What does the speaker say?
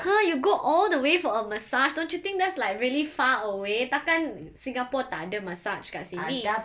!huh! you go all the way for a massage don't you think that's like really far away tak akan singapore tak ada massage kat sini